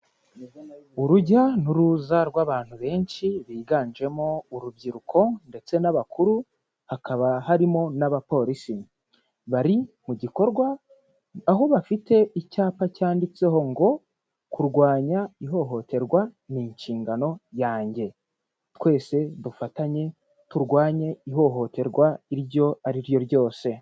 Urujya n'uruza rw'abantu benshi biganjemo urubyiruko ndetse n'abakuru, hakaba harimo n'abapolisi bari mu gikorwa. Aho bafite icyapa cyanditseho ngo: "Kurwanya ihohoterwa ni inshingano yanjye." Twese dufatanye turwanye ihohoterwa iryo ari ryo ryose.